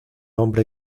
hombre